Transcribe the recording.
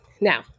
Now